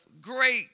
great